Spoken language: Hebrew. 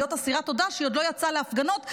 אסירת תודה שהיא עוד לא יצאה להפגנות.